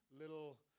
little